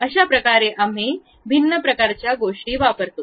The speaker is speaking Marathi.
अशाप्रकारे आम्ही भिन्न प्रकारच्या गोष्टी वापरतो